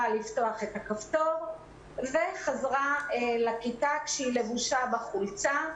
לפתוח את הכפתור וחזרה לכיתה כשהיא לבושה בחולצה.